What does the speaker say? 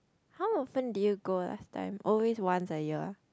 how often did you go last time always once a year ah